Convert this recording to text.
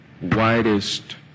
widest